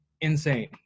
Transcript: insane